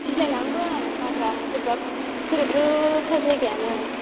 गिलाय लाङोबो आं हाग्रा बोरैबा थोरोबरोबथार जायगायानो